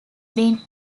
been